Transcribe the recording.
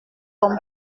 ton